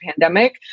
pandemic